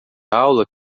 aula